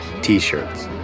t-shirts